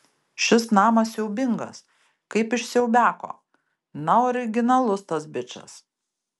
šis namas siaubingas kaip iš siaubiako na originalus tas bičas